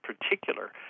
particular